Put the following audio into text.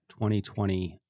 2020